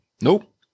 Nope